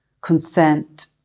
consent